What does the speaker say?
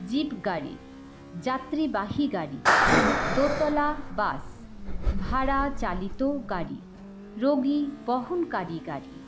zip গাড়ি যাত্রীবাহী গাড়ি দোতলা বাস ভাড়া চালিত গাড়ি রোগী বহনকারী গাড়ি